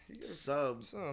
Subs